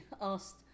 asked